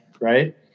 Right